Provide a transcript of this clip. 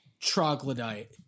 troglodyte